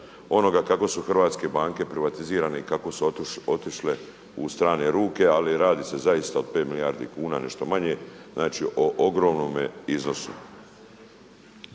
onoga kako su hrvatske banke privatizirane i kako su otišle u strane ruke. Ali radi se zaista o pet milijardi kuna, nešto manje. Znači o ogromnome iznosu.